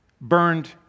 burned